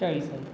चाळीस आहे